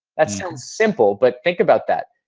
that's so simple. but think about that.